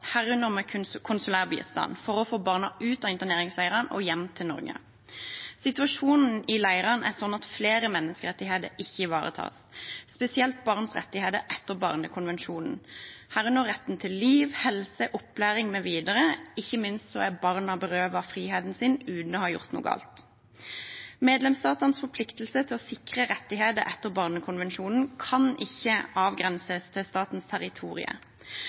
herunder med konsulær bistand, for å få barna ut av interneringsleirene og hjem til Norge. Situasjonen i leirene er sånn at flere menneskerettigheter ikke ivaretas, spesielt barns rettigheter etter barnekonvensjonen, herunder retten til liv, helse, opplæring mv. Ikke minst er barna berøvet friheten sin. UNE har gjort noe galt. Medlemsstatenes forpliktelse til å sikre rettigheter etter barnekonvensjonen, kan ikke avgrenses til statens